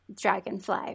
dragonfly